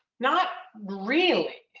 not really.